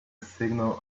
signal